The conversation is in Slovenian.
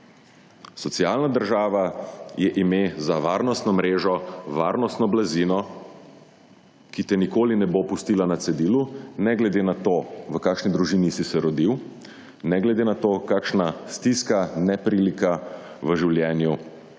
Socialna država je ime za varnostno mrežo, varnostno blazino, ki te nikoli ne bo pustila na cedilo, ne glede na to v kakšni družini si se rodil, ne glede na to kakšna stiska, neprilika v življenju